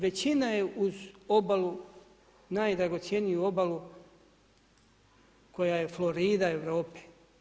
Većina je uz obalu, najdragocjeniju obalu koja je Florida Europe.